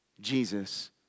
Jesus